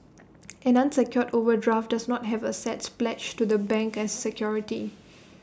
an unsecured overdraft does not have assets pledged to the bank as security